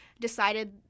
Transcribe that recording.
decided